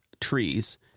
trees